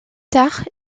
tard